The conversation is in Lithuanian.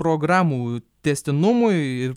programų tęstinumui ir